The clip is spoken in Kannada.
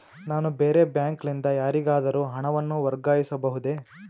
ನಾನು ಬೇರೆ ಬ್ಯಾಂಕ್ ಲಿಂದ ಯಾರಿಗಾದರೂ ಹಣವನ್ನು ವರ್ಗಾಯಿಸಬಹುದೇ?